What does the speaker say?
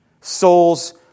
Souls